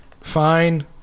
fine